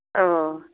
औ